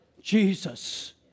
Jesus